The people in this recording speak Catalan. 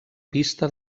pista